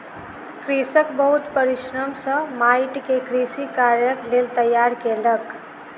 कृषक बहुत परिश्रम सॅ माइट के कृषि कार्यक लेल तैयार केलक